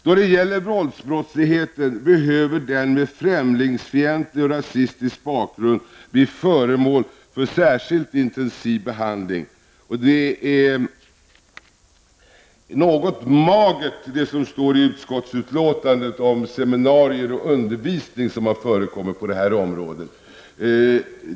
Då det gäller våldsbrottsligheten behöver den med främlingsfientlig och rasistisk bakgrund bli föremål för särskilt intensiv behandling. Det som anförs i utskottsutlåtandet, att det har förekommit seminarier och undervisning på det här området, är ganska magert.